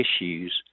issues